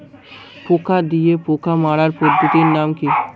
পোকা দিয়ে পোকা মারার পদ্ধতির নাম কি?